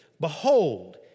behold